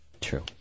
True